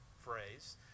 phrase